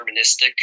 deterministic